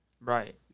Right